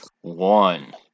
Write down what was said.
one